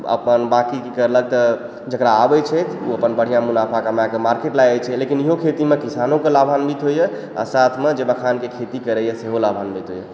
अपन बाँकी की करलक तऽ जकरा आबै छथि ओ अपन बढ़िऑं मुनाफा कमाएके मार्केट लए जाइ छै लेकिन इहो खेतीमे किसानो के लाभान्वित होइ यऽ आ साथ मे जे मखान के खेती करै यऽ सेहो लाभान्वित होय यऽ